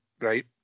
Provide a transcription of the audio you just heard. right